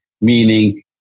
meaning